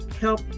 Help